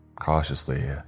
Cautiously